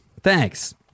Thanks